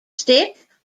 stick